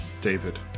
David